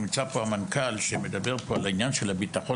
נמצא פה המנכ"ל שמדבר פה על העניין של הביטחון